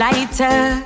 Lighter